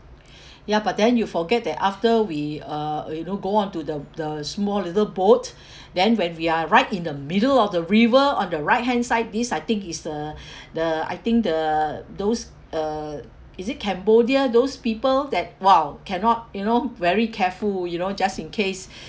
ya but then you forget that after we uh you know go onto the the small little boat then when we are right in the middle of the river on the right hand side this I think is the the I think the those uh is it cambodia those people that !wow! cannot you know very careful you know just in case